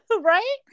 Right